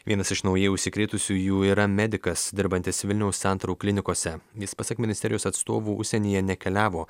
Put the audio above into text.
vienas iš naujai užsikrėtusiųjų yra medikas dirbantis vilniaus santarų klinikose jis pasak ministerijos atstovų užsienyje nekeliavo